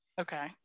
Okay